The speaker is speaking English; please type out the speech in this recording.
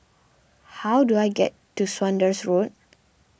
how do I get to Saunders Road